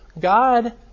God